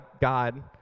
God